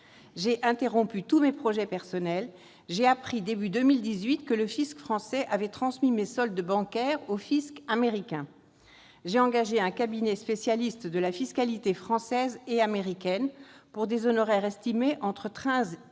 J'ai interrompu tous mes projets personnels. [...] J'ai appris début 2018 que le fisc français avait transmis mes soldes bancaires au fisc américain. « J'ai engagé un cabinet spécialiste de la fiscalité française et américaine pour des honoraires estimés entre 13